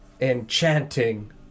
Enchanting